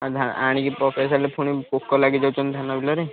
ଆ ଆଣିକି ପକେଇସାରିଲେ ପୁଣି ପୋକ ଲାଗିଯାଉଛନ୍ତି ଧାନ ବିଲରେ